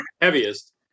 heaviest